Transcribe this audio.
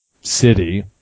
city